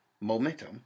momentum